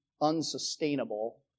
unsustainable